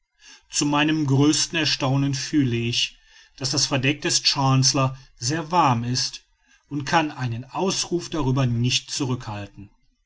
zu meinem größten erstaunen fühle ich daß das verdeck des chancellor sehr warm ist und kann einen ausruf darüber nicht zurückhalten